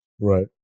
Right